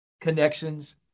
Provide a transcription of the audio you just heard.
connections